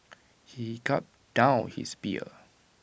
he gulped down his beer